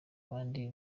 abandi